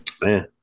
Man